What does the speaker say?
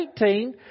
18